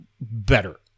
better